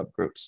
subgroups